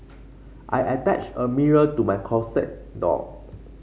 I attached a mirror to my closet door